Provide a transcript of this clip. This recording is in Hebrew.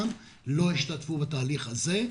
לא השתתפו בתהליך הזה.